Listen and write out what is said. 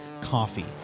coffee